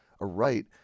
aright